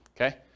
okay